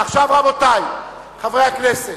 עכשיו רבותי חברי הכנסת,